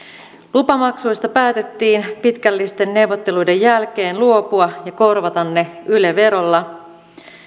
lupamaksuista päätettiin pitkällisten neuvotteluiden jälkeen luopua ja korvata ne yle verolla